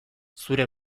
zure